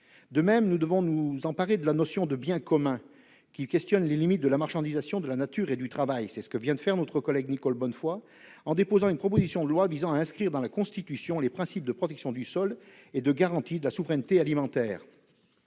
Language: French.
De même, nous devons nous emparer de la notion de biens communs, qui questionne les limites de la marchandisation de la nature et du travail. C'est que vient de faire notre collègue Nicole Bonnefoy en déposant une proposition de loi visant à inscrire dans la Constitution les principes de protection du sol et de garantie de la souveraineté alimentaire.